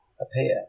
appear